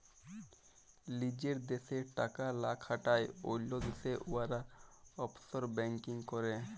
লিজের দ্যাশে টাকা লা খাটায় অল্য দ্যাশে উয়ারা অফশর ব্যাংকিং ক্যরে